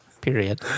period